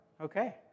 Okay